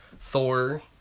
Thor